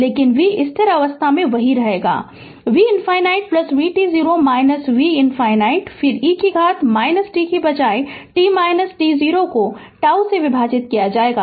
लेकिन v स्थिर अवस्था में वही रहेगा v ∞ vt0 v ∞ फिर e कि घात t के बजाय t t0 को τ से विभाजित किया जाएगा